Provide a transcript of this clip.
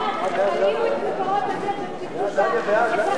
של חברת הכנסת רונית תירוש לסעיף 19א(6) לא נתקבלה.